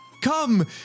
Come